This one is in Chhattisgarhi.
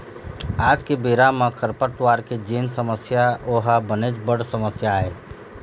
आज के बेरा म खरपतवार के जेन समस्या ओहा बनेच बड़ समस्या आय